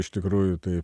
iš tikrųjų taip